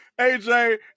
AJ